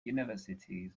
university